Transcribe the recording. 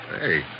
Hey